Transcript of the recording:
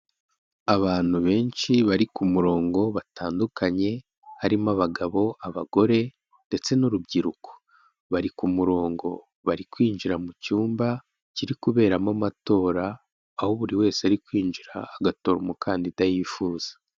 Abantu benshi bari ku murongo batandukanye, harimo abagabo, abagore ndetse n'urubyiruko, bari ku murongo, bari kwinjira mu cyumba, kiri kuberamo amatora, aho buri wese ari kwinjira, agatora umukandida yifuza.